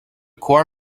core